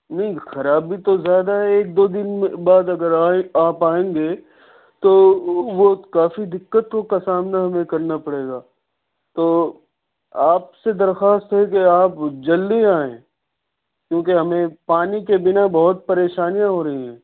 نہیں خرابی تو زیادہ ہے ایک دو دن بعد آئیں اگر آ پائیں گے تو وہ کافی دقتوں کا سامنا ہمیں کرنا پڑے گا تو آپ سے درخواست ہے کہ آپ جلدی آئیں کیونکہ ہمیں پانی کے بنا بہت پریشانیاں ہو رہی ہیں